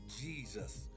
Jesus